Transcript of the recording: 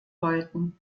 wollten